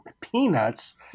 peanuts